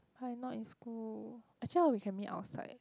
!huh! I not in school actually hor we can meet outside